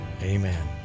amen